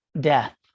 death